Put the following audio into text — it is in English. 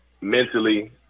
mentally